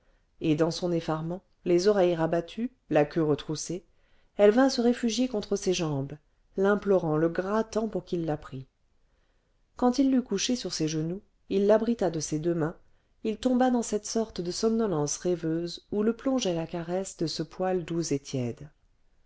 et dans son effarement les oreilles rabattues la queue retroussée elle vint se réfugier contre ses jambes l'implorant le grattant pour qu'il la prît quand il l'eut couchée sur ses genoux il l'abrita de ses deux mains il tomba dans cette sorte de somnolence rêveuse où le plongeait la caresse de ce poil doux et tiède